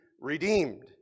redeemed